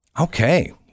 Okay